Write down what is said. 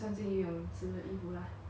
okay that sounds fun